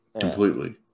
completely